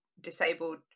disabled